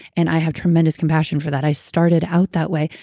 and i have tremendous compassion for that. i started out that way.